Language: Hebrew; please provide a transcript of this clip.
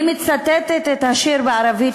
אני מצטטת את השיר בערבית,